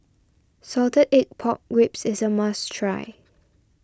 Salted Egg Pork Ribs is a must try